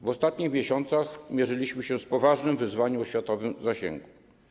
W ostatnich miesiącach mierzyliśmy się z poważnym wyzwaniem o światowym zasięgu.